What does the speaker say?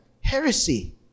heresy